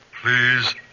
Please